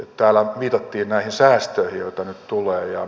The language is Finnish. täällä viitattiin näihin säästöihin joita nyt tulee